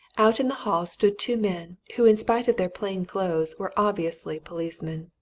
out in the hall stood two men, who in spite of their plain clothes, were obviously policemen.